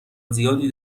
زیادی